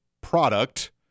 product